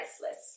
priceless